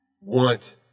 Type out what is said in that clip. want